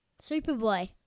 Superboy